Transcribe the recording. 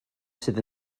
sydd